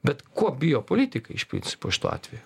bet ko bijo politikai iš principo šituo atveju